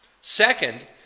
Second